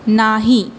नाही